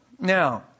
Now